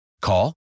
Call